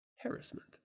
Harassment